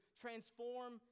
transform